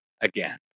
again